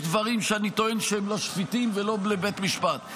יש דברים שאני טוען שהם לא שפיטים ולא לבית משפט,